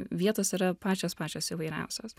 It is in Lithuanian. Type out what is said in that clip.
vietos yra pačios pačios įvairiausios